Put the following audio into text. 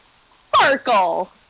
sparkle